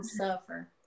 suffer